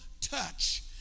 touch